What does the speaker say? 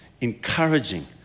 encouraging